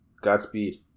Godspeed